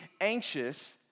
anxious